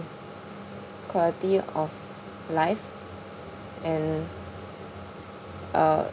quality of life and uh